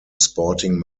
sporting